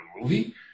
movie